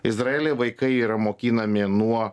izraely vaikai yra mokinami nuo